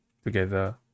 together